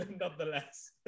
nonetheless